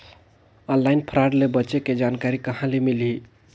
Online fraud ले बचे के जानकारी कहां ले मिलही?